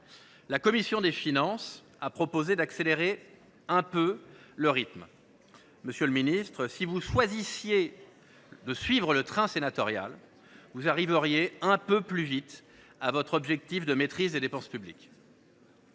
La commission des finances a proposé d’accélérer un peu le rythme. Monsieur le ministre, si vous choisissiez de suivre le train sénatorial, vous arriveriez un peu plus vite à votre objectif de maîtrise des dépenses publiques.